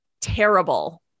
terrible